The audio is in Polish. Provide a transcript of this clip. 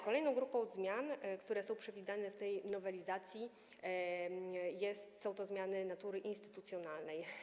Kolejną grupą zmian, które są przewidziane w tej nowelizacji, są zmiany natury instytucjonalnej.